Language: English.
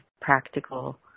practical